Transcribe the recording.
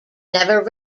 never